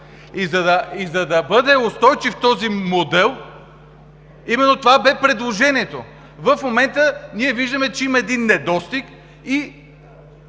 и за да бъде устойчив този модел. Именно това беше предложението. В момента ние виждаме, че има един недостиг и